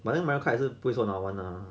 but then mind card 也是不是很好玩的 lah